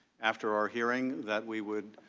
after our hearing that we would,